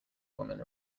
woman